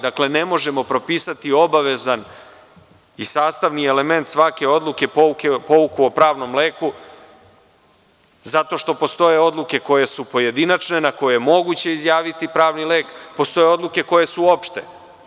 Dakle, ne možemo propisati obavezan i sastavni element svake odluke pouku o pravnom leku, zato što postoje odluke koje su pojedinačne, na koje je moguće izjaviti pravni lek, postoje odluke koje su opšte.